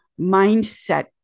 mindset